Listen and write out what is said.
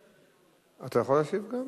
אני יכול להשיב בשם